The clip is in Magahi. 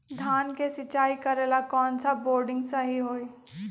धान के सिचाई करे ला कौन सा बोर्डिंग सही होई?